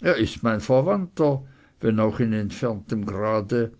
er ist mein verwandter wenn auch in entferntem grade